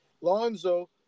Lonzo